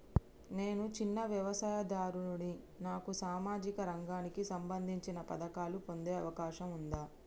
నేను చిన్న వ్యవసాయదారుడిని నాకు సామాజిక రంగానికి సంబంధించిన పథకాలు పొందే అవకాశం ఉందా?